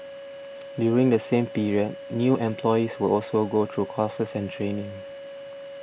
during the same period new employees will also go through courses and training